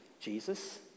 Jesus